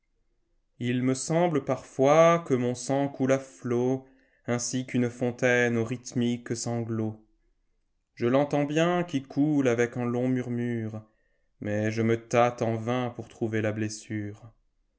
n me semble parfois que mon sang coule à flots ainsi qu'une fontaine aux rhythmiques sanglots je l'entends bien qui coule avec un long murmure mais je me tâte en vain pour trouver la blessure